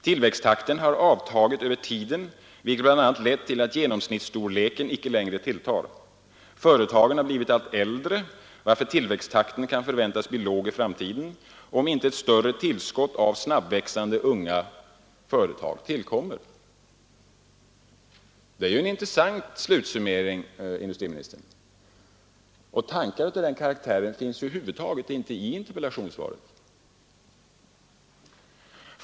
Tillväxttakten har avtagit över tiden, vilket bl.a. lett till att genomsnittsstorleken inte längre tilltar. Företagen har blivit allt äldre, varför tillväxttakten kan förväntas bli låg i framtiden, om inte ett större tillskott av snabbväxande unga företag tillkommer.” Det är en intressant slutsummering, industriministern. Tankar av den karaktären finns över huvud taget inte i interpellationssvaret.